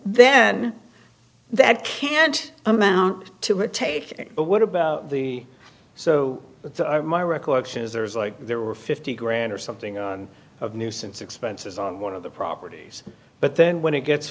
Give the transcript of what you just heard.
then that can't amount to a take but what about the so my recollection is there is like there were fifty grand or something on of nuisance expenses on one of the properties but then when it gets